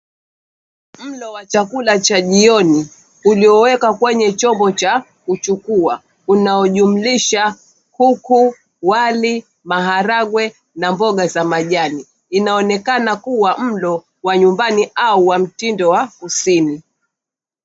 Mlo wa chakula cha jioni uliowekwa kwenye chombo cha kuchukua unaojumlisha huku wali, maharagwe na mboga za majani. Inaonekana kuwa mlo wa nyumbani au wa mtindo wa kusini.